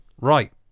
Right